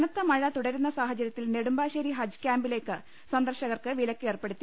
കനത്തമഴ തുടരുന്ന സാഹചരൃത്തിൽ നെടുമ്പാശ്ശേരി ഹജ്ജ് കൃാമ്പിലേക്ക് സന്ദർശകർക്ക് വിലക്കേർപ്പെടുത്തി